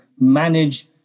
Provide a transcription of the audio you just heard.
manage